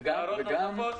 הערות נוספות?